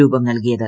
രൂപം നൽകിയത്